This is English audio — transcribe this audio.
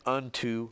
unto